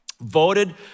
voted